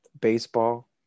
baseball